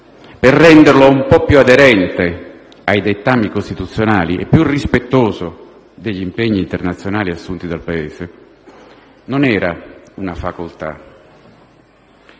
per renderlo un po' più aderente ai dettami costituzionali e più rispettoso degli impegni internazionali assunti dal Paese non era una facoltà: